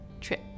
trip